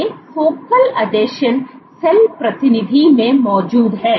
ये फोकल आसंजन सेल परिधि में मौजूद हैं